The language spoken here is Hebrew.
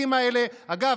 אגב,